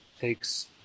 takes